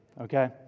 okay